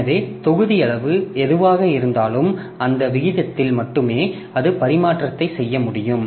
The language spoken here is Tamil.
எனவே தொகுதி அளவு எதுவாக இருந்தாலும் அந்த விகிதத்தில் மட்டுமே அது பரிமாற்றத்தை செய்ய முடியும்